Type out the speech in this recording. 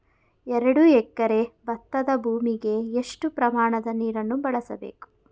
ಎರಡು ಎಕರೆ ಭತ್ತದ ಭೂಮಿಗೆ ಎಷ್ಟು ಪ್ರಮಾಣದ ನೀರನ್ನು ಬಳಸಬೇಕು?